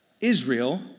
Israel